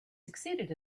succeeded